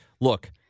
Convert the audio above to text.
look